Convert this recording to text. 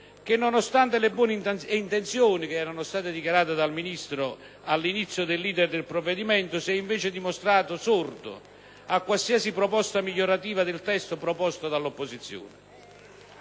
che, nonostante le buone intenzioni dichiarate dal Ministro all'inizio dell'*iter* del provvedimento, si è invece dimostrato sordo a qualsiasi ipotesi migliorativa del testo proposta dall'opposizione.